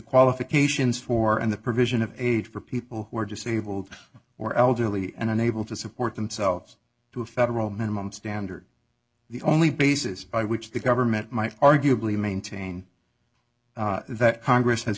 qualifications for and the provision of aid for people who are disabled or elderly and unable to support themselves to a federal minimum standard the only basis by which the government might arguably maintain that congress has